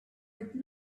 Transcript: but